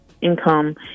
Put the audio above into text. income